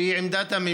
שהוא עמדת הממשלה,